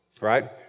Right